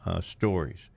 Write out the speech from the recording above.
stories